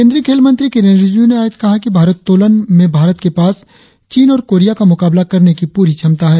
केंद्रीय खेल मंत्री किरेन रिजिजू ने आज कहा कि भारत्तोलन में भारत के पास चीन और कोरिया का मुकाबला करने की पूरी क्षमता है